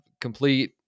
complete